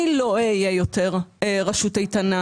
אני לא אהיה יותר רשות איתנה.